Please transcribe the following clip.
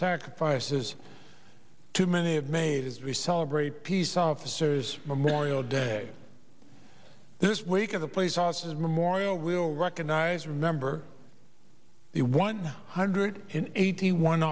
sacrifices too many have made as we celebrate peace officers memorial day this week of the police officers memorial will recognize remember the one hundred eighty one